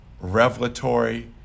Revelatory